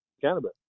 cannabis